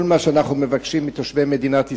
כל מה שאנחנו מבקשים מתושבי מדינת ישראל: